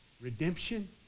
Redemption